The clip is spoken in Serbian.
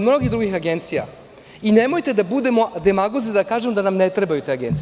Ima i mnogo drugih agencija i nemojte da budemo demagozi da kažemo da nam ne trebaju te agencije.